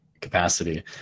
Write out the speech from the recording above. capacity